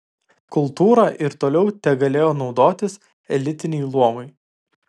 kultūra ir toliau tegalėjo naudotis elitiniai luomai